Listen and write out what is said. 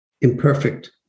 imperfect